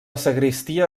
sagristia